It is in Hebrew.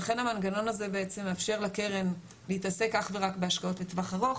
לכן המנגנון הזה בעצם מאפשר לקרן להתעסק אך ורק בהשקעות לטווח ארוך,